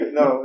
no